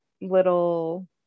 little